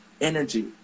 energy